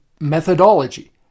methodology